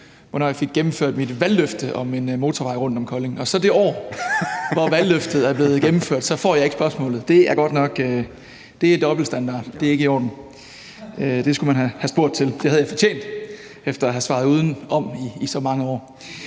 hvornår jeg fik gennemført mit valgløfte om en motorvej rundt om Kolding. I det år, hvor valgløftet er blevet gennemført, får jeg så ikke spørgsmålet. Det er godt nok dobbeltstandard; det er ikke i orden. Det skulle man spurgt til; det havde jeg fortjent efter at have svaret udenom i så mange år.